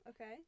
okay